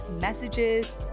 messages